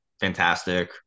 fantastic